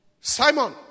Simon